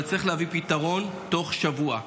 אבל צריך להביא פתרון תוך שבוע.